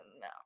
no